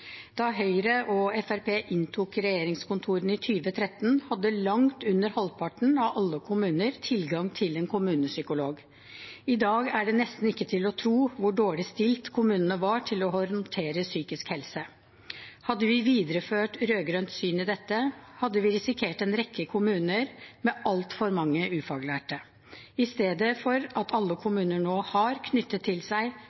Da Høyre og Fremskrittspartiet inntok regjeringskontorene i 2013, hadde langt under halvparten av alle kommuner tilgang til en kommunepsykolog. I dag er det nesten ikke til å tro hvor dårlig stilt kommunene var til å håndtere psykisk helse. Hadde vi videreført rød-grønt syn i dette, hadde vi risikert en rekke kommuner med altfor mange ufaglærte i stedet for at alle kommuner nå har knyttet til seg